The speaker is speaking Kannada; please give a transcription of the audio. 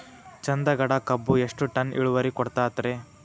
ಚಂದಗಡ ಕಬ್ಬು ಎಷ್ಟ ಟನ್ ಇಳುವರಿ ಕೊಡತೇತ್ರಿ?